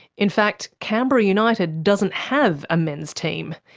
in fact canberra united doesn't have a men's team.